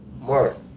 Mark